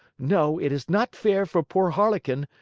no, it is not fair for poor harlequin,